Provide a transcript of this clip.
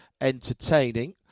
entertaining